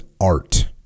art